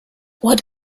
what